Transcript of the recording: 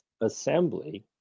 Assembly